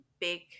big